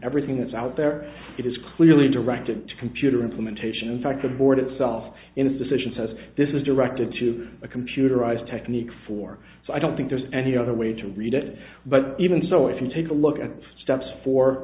everything that's out there it is clearly directed to computer implementation in fact the board itself in its decision says this is directed to a computerized technique for so i don't think there's any other way to read it but even so if you take a look at steps fo